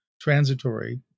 transitory